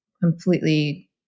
completely